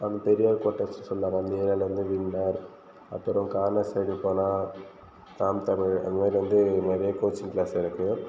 அந்த தெரு பெரியார் குவார்ட்டர்ஸுனு சொல்லுவாங்க அந்த ஏரியாவிலேந்து வின்னர் அப்புறம் கார்னர் சைட் போனால் ராம் தமிழ் அந்தமாதிரி வந்து நிறைய கோச்சிங் கிளாஸ் இருக்கு